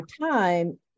time